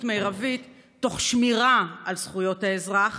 מרבית תוך שמירה על זכויות האזרח,